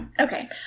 Okay